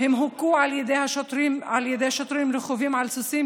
הם הוכו על ידי שוטרים רכובים על סוסים